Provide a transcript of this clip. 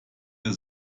der